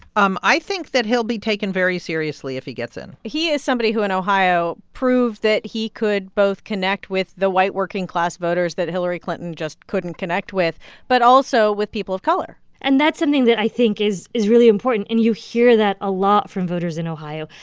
um i think that he'll be taken very seriously if he gets in he is somebody who, in ohio, proved that he could both connect with the white, working-class voters that hillary clinton just couldn't connect with but also with people of color and that's something that i think is is really important. and you hear that a lot from voters in ohio.